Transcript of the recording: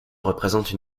représente